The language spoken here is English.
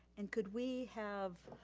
and could we have,